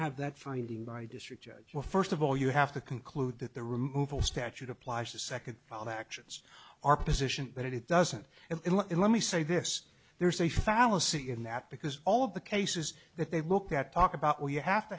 have that finding my district judge well first of all you have to conclude that the removal statute applies to second while the actions are position but it doesn't it let me say this there's a fallacy in that because all of the cases that they look at talk about well you have to